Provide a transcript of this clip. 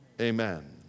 amen